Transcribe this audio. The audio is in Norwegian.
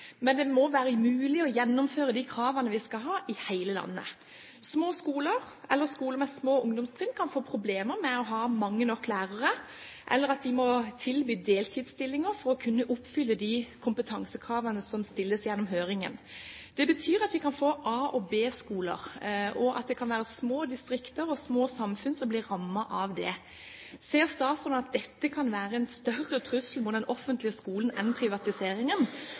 men det må være mulig å gjennomføre disse kravene i hele landet. Små skoler eller skoler med små ungdomstrinn kan få problemer med å ha mange nok lærere, eller at de må tilby deltidsstillinger for å kunne oppfylle de kompetansekravene som stilles gjennom høringen. Det betyr at vi kan få A- og B-skoler, og at det kan være små distrikter og små samfunn som blir rammet av det. Ser statsråden at dette kan være en større trussel mot den offentlige skolen enn privatiseringen?